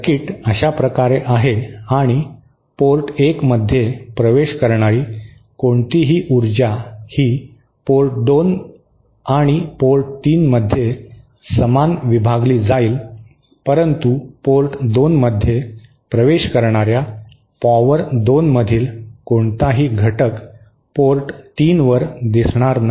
circuit अशाप्रकारे आहे आणि पोर्ट 1 मध्ये प्रवेश करणारी कोणतीही उर्जा ही पोर्ट 2 आणि पोर्ट 3 मध्ये समान विभागली जाईल परंतु पोर्ट 2 मध्ये प्रवेश करणाऱ्या पॉवर 2 मधील कोणताही घटक पोर्ट 3 वर दिसणार नाही